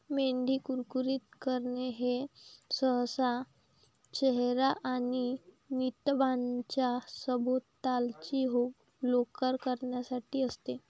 मेंढी कुरकुरीत करणे हे सहसा चेहरा आणि नितंबांच्या सभोवतालची लोकर काढण्यासाठी असते